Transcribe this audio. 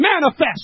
manifest